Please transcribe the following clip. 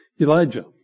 Elijah